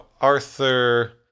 Arthur